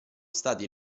stati